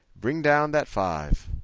bring down that five.